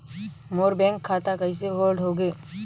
मोर bank खाता कइसे hold होगे?